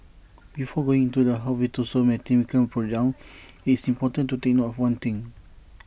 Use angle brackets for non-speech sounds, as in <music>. before going into her virtuoso mathematical breakdown <noise> it's important to take note of one thing